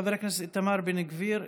חבר הכנסת איתמר בן גביר,